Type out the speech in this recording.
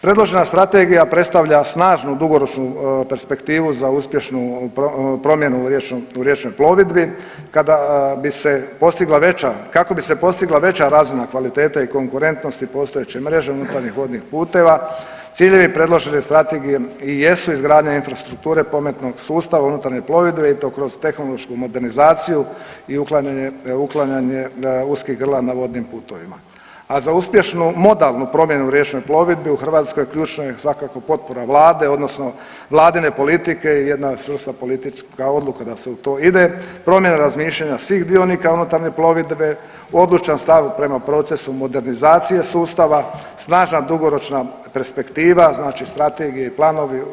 Predložena Strategija predstavlja snažnu dugoročnu perspektivu za uspješnu promjenu u riječnoj plovidbi, kada bi se postigla veća, kako bi se postigla veća razina kvalitete i konkurentnosti postojeće mreže unutarnjih vodnih puteva, ciljevi predložene Strategije i jesu izgradnja infrastrukture, pametnog sustava unutarnje plovidbe i to kroz tehnološku modernizaciju i uklanjanje uskih grla na vodnim putovima, a za uspješnu modalnu promjenu u riječnoj plovidbi u Hrvatskoj, ključno je svakako potpora Vlade odnosno Vladine politike i jedna ... politička odluka da se u to ide, promjena razmišljanja svih dionika unutarnje plovidbe, odlučan stav prema procesu modernizacije sustava, snažna dugoročna perspektiva, znači strategije i planovi.